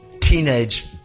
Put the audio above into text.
Teenage